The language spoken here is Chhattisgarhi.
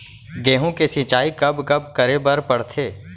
गेहूँ के सिंचाई कब कब करे बर पड़थे?